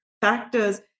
factors